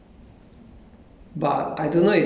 ya in the in the monk's place